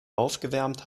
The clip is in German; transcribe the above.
aufgewärmt